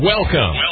Welcome